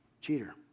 cheater